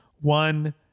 one